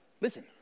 Listen